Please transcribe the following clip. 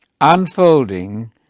unfolding